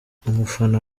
umufana